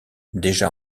déjà